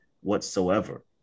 whatsoever